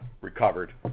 recovered